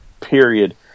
period